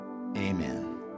amen